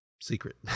secret